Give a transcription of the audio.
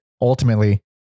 ultimately